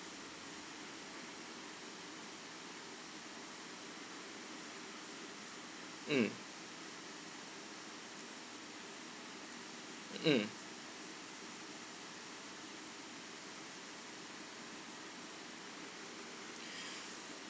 mm mm